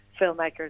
filmmakers